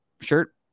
shirt